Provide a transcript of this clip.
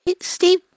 Steve